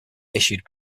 issued